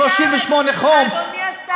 שיימינג כזה, אדוני השר.